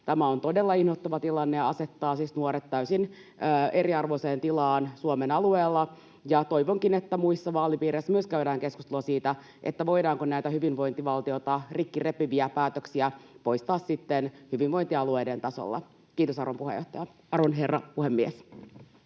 Tämä on todella inhottava tilanne ja asettaa siis nuoret täysin eriarvoiseen tilaan Suomen alueella. Toivonkin, että myös muissa vaalipiireissä käydään keskustelua siitä, voidaanko näitä hyvinvointivaltiota rikki repiviä päätöksiä poistaa sitten hyvinvointialueiden tasolla. — Kiitos, arvon herra puhemies.